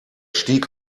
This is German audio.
stieg